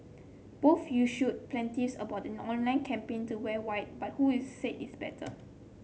both issued plenty about the online campaign to wear white but who is said its better